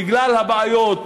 בגלל הבעיות,